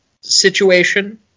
situation